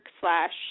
slash